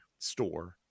store